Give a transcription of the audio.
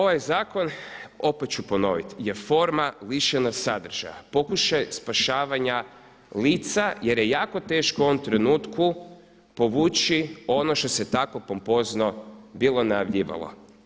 Ovaj zakon opet ću ponoviti, je forma lišena sadržaja, pokušavaj spašavanja lica jer je jako teško u ovom trenutku povući ono što se tako pompozno bilo najavljivalo.